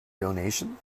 donation